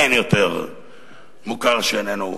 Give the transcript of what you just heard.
אין יותר "מוכר שאיננו רשמי"